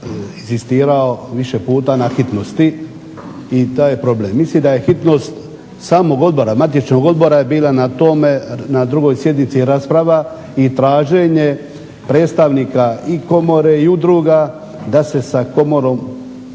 inzistirao više puta na hitnosti i taj je problem. Mislim da je hitnost samog odbora, matičnog odbora je bila na tome, na drugoj sjednici rasprava i traženje predstavnika i komore i udruga da se sa komorom